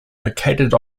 located